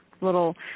little